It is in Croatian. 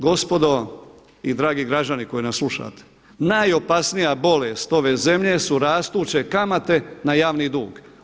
Gospodo i dragi građani koji nas slušati najopasnija bolest ove zemlje su rastuće kamate na javni dug.